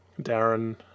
Darren